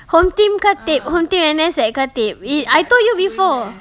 HomeTeam khatib HomeTeam N_S at khatib i~ I told you before